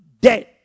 dead